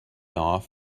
off